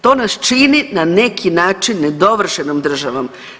To nas čini na neki način nedovršenom državom.